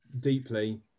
deeply